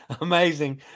amazing